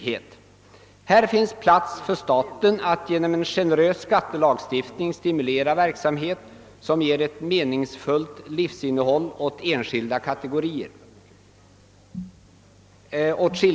Här finns plats för staten att genom en generös skattelagstiftning stimulera verksamhet som ger ett meningsfullt livsinnehåll åt skilda kategorier.